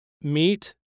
meet